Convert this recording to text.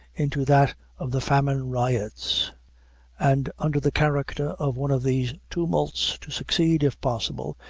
into that of the famine riots and under the character of one of these tumults, to succeed, if possible,